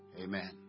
Amen